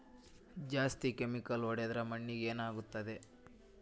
ಜಾಸ್ತಿ ಕೆಮಿಕಲ್ ಹೊಡೆದ್ರ ಮಣ್ಣಿಗೆ ಏನಾಗುತ್ತದೆ?